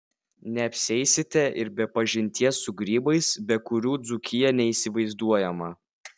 neapsieisite ir be pažinties su grybais be kurių dzūkija neįsivaizduojama